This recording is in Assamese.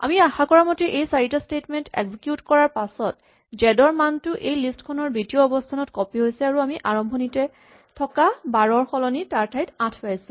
আমি আশা কৰা মতে এই চাৰিটা স্টেটমেন্ট এক্সিকিউট কৰাৰ পাছত জেড ৰ মানটো এই লিষ্ট খনৰ দ্বিতীয় অৱস্হানত কপি হৈছে আৰু আমি আৰম্ভণিতে থকা মান ১২ ৰ সলনি তাৰঠাইত আমি ৮ পাইছো